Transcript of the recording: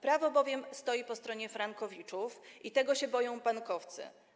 Prawo bowiem stoi po stronie frankowiczów i tego się boją bankowcy.